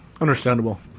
Understandable